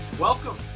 Welcome